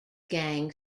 gang